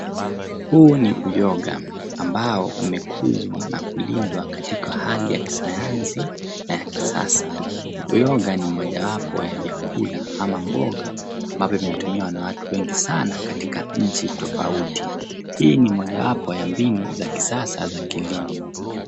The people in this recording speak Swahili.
Huu ni uyoga, ambao umekuzwa na kulindwa katika hali ya kisayansi na ya kisasa. Uyoga ni moja wapo ya vyakula ama mboga ambavyo vinatumiwa na watu wengi sana katika nchi tofauti. Hii ni moja wapo ya mbinu za kisasa za kilimo.